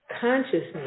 Consciousness